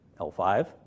L5